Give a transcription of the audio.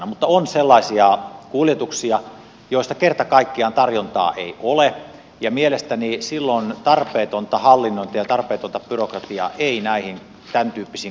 mutta on sellaisia kuljetuksia joista kerta kaikkiaan tarjontaa ei ole ja mielestäni silloin tarpeetonta hallinnointia ja tarpeetonta byrokratiaa ei näihin tämäntyyppisiin kuljetuksiin kannata tuoda